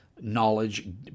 knowledge